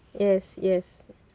yes yes